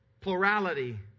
Plurality